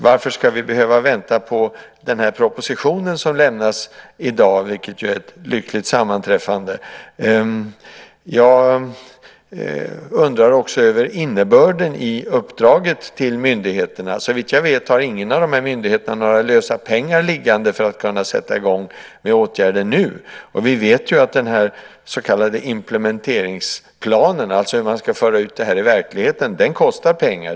Varför har vi behövt vänta på den här propositionen som lämnas i dag, vilket är ett lyckligt sammanträffande? Jag undrar också över innebörden i uppdraget till myndigheterna. Såvitt jag vet har ingen av de här myndigheterna några lösa pengar liggande för att kunna sätta i gång med åtgärder nu. Vi vet ju att den så kallade implementeringsplanen, alltså hur man ska föra ut detta i verkligheten, kostar pengar.